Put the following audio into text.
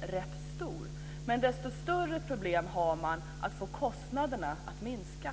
är rätt stor, men desto större problem har man med att få kostnaderna att minska.